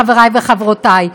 חברי וחברותי,